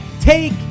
Take